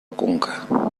conca